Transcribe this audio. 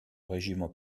régiment